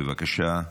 בבקשה.